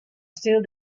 still